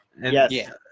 Yes